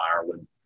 Ireland